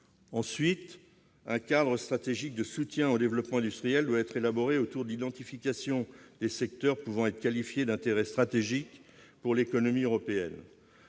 Ensuite, un cadre stratégique de soutien au développement industriel doit être élaboré autour de l'identification des secteurs pouvant être qualifiés d'intérêt stratégique pour l'économie européenne.